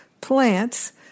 plants